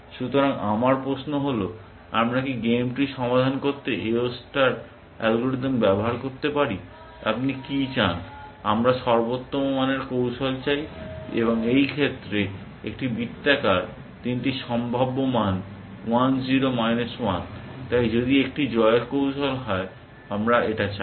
সুতরাং আমার প্রশ্ন হল আমরা কি গেম ট্রি সমাধান করতে AO ষ্টার অ্যালগরিদম ব্যবহার করতে পারি আপনি কী চান আমরা সর্বোত্তম মানের একটি কৌশল চাই এই ক্ষেত্রে একটি বৃত্তাকার তিনটি সম্ভাব্য মান 1 0 মাইনাস 1 তাই যদি একটি জয়ের কৌশল হয় আমরা এটা চাই